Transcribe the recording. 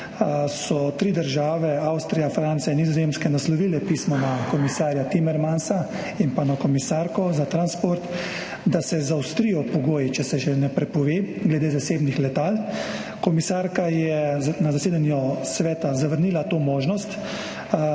so tri države, Avstrija, Francija in Nizozemska, naslovile pismo na komisarja Timmermansa in pa na komisarko za transport, da se zaostrijo pogoji, če se še ne prepove glede zasebnih letal. Komisarka je na zasedanju sveta zavrnila to možnost.